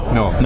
no